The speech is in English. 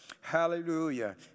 Hallelujah